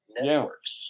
networks